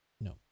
no